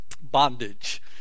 bondage